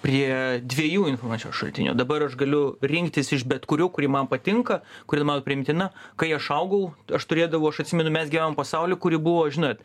prie dviejų informacijos šaltinių dabar aš galiu rinktis iš bet kurių kuri man patinka kuri man priimtina kai aš augau aš turėdavau aš atsimenu mes gyvenom pasauly kuri buvo žinot